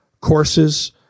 courses